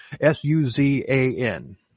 S-U-Z-A-N